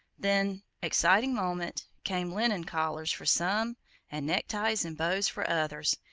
then exciting moment came linen collars for some and neckties and bows for others,